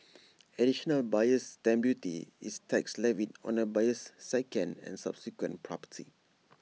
additional buyer's stamp duty is tax levied on A buyer's second and subsequent property